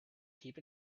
keep